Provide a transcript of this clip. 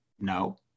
No